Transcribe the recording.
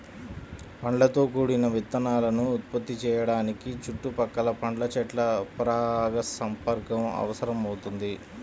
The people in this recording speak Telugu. పండ్లతో కూడిన విత్తనాలను ఉత్పత్తి చేయడానికి చుట్టుపక్కల పండ్ల చెట్ల పరాగసంపర్కం అవసరమవుతుంది